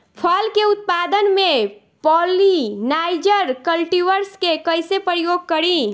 फल के उत्पादन मे पॉलिनाइजर कल्टीवर्स के कइसे प्रयोग करी?